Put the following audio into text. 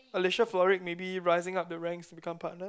Alicia Florrick maybe rising up the ranks to become partner